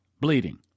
bleeding